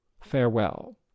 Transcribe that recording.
Farewell